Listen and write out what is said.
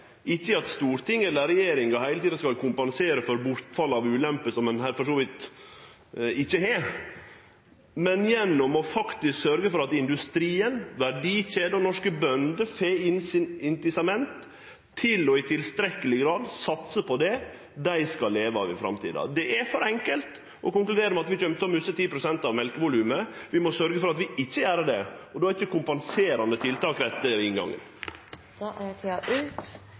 ikkje i at Stortinget eller regjeringa heile tida skal kompensere for bortfall av ei ulempe, som ein for så vidt ikkje har. Ein må faktisk sørgje for at industrien, verdikjeda og norske bønder får incitament til i tilstrekkeleg grad å satse på det dei skal leve av i framtida. Det er for enkelt å konkludere med at vi kjem til å miste 10 pst. av mjølkevolumet. Vi må sørgje for at vi ikkje gjer det. Då er ikkje kompenserande tiltak den rette inngangen. Replikkordskiftet er